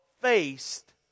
faced